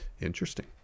Interesting